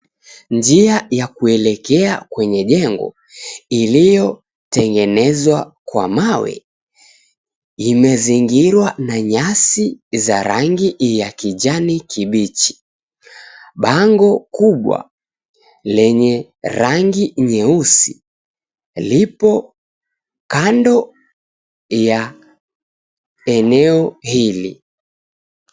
Njia ya kuelekea kwenye jengo iliotengenezwa kwa mawe imezingirwa na nyasi za rangi ya kijani kibichi. Bango kubwa lenye rangi nyeusi lipo kando ya eneo hili.